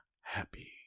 happy